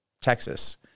Texas